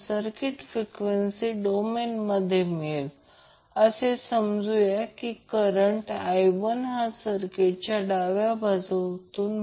तर f ही frequency आहे समजा ती ज्याला 50 हर्ट्झ आहे म्हणजे हे पर सेकंड 50 सायकल आहे